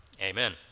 amen